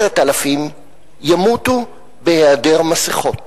10,000 ימותו בהיעדר מסכות.